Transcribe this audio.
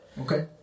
Okay